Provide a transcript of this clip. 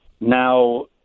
Now